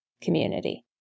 community